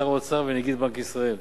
שר האוצר ונגיד בנק ישראל.